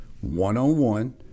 one-on-one